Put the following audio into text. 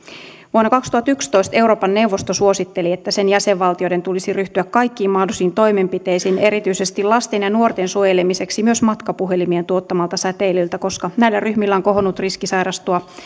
vuonna kaksituhattayksitoista euroopan neuvosto suositteli että sen jäsenvaltioiden tulisi ryhtyä kaikkiin mahdollisiin toimenpiteisiin erityisesti lasten ja nuorten suojelemiseksi myös matkapuhelimien tuottamalta säteilyltä koska näillä ryhmillä on kohonnut riski sairastua